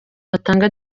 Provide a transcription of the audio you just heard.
batanga